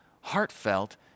heartfelt